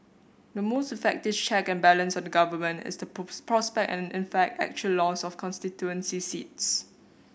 the most effective check and balance on the Government is the prospect and in fact actual loss of constituency seats